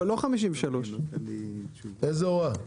לא 53. איזה הוראה?